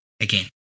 again